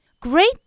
Great